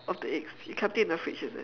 of the eggs you kept it in the fridge is it